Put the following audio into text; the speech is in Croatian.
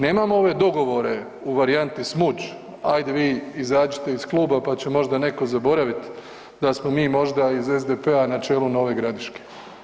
Nemamo ove dogovore u varijanti Smuđ, aj vi izađite iz kluba pa će možda netko zaboravit da smo mi možda iz SDP-a na čelu Nove Gradiške.